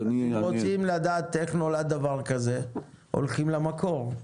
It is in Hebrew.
אם רוצים לדעת איך נולד דבר כזה הולכים למקור.